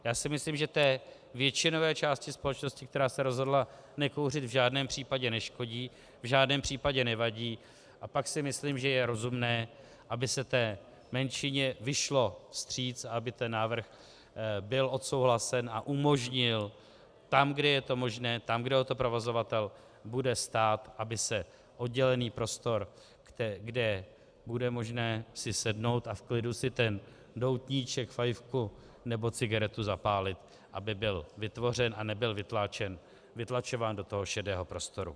Já si myslím, že té většinové části společnosti, která se rozhodla nekouřit, v žádném případě neškodí, v žádném případě nevadí, a pak si myslím, že je rozumné, aby se té menšině vyšlo vstříc, aby ten návrh byl odsouhlasen a umožnil tam, kde je to možné, tam, kde o to provozovatel bude stát, aby oddělený prostor, kde bude možné si sednout a v klidu si ten doutníček, fajfku nebo cigaretu zapálit, byl vytvořen a nebyl vytlačován do toho šedého prostoru.